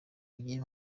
ugiye